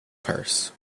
purse